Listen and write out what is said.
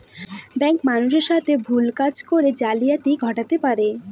bank মানুষের সাথে ভুল কাজ করে জালিয়াতি ঘটাতে পারে